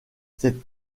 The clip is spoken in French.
cette